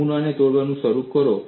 નમૂનાને તોડવાનું શરૂ કરો